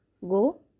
go